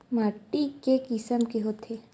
माटी के किसम के होथे?